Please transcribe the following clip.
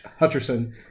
Hutcherson